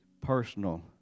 personal